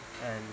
and